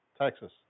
Texas